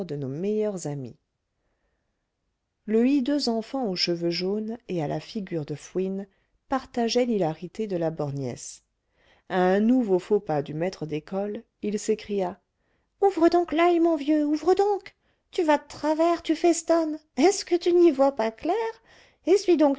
nos meilleurs amis le hideux enfant aux cheveux jaunes et à la figure de fouine partageait l'hilarité de la borgnesse à un nouveau faux pas du maître d'école il s'écria ouvre donc l'oeil mon vieux ouvre donc tu vas de travers tu festonnes est-ce que tu n'y vois pas clair essuie donc